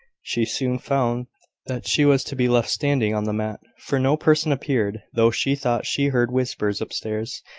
she soon found that she was to be left standing on the mat for no person appeared, though she thought she heard whispers upstairs.